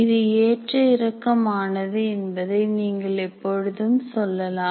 இது ஏற்ற இறக்கம் ஆனது என்பதை நீங்கள் எப்பொழுதும் சொல்லலாம்